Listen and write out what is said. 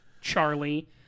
Charlie